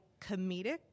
comedic